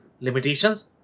limitations